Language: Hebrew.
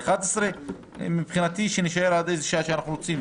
המליאה תתחיל ב-11 ומבחינתי שנישאר עד איזו שעה שאנחנו רוצים.